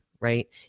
right